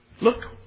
Look